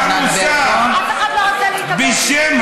בשם